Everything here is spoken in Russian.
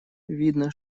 видно